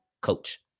coach